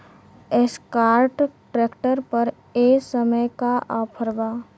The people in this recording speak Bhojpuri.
एस्कार्ट ट्रैक्टर पर ए समय का ऑफ़र बा?